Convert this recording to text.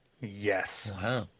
Yes